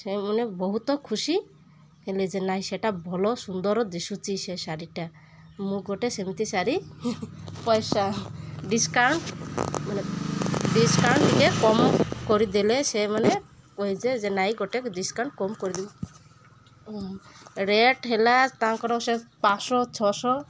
ସେମାନେ ବହୁତ ଖୁସି ହେଲେ ଯେ ନାହିଁ ସେଟା ଭଲ ସୁନ୍ଦର ଦିଶୁଛି ସେ ଶାଢ଼ୀଟା ମୁଁ ଗୋଟେ ସେମିତି ଶାଢ଼ୀ ପଇସା ଡିସକାଉଣ୍ଟ ମାନେ ଡିସକାଉଣ୍ଟ ଟିକେ କମ କରିଦେଲେ ସେମାନେ କହିଛି ଯେ ନାହିଁ ଗୋଟେ ଡିସକାଉଣ୍ଟ କମ କରିବି ରେଟ୍ ହେଲା ତାଙ୍କର ସେ ପାଞ୍ଚଶହ ଛଅଶହ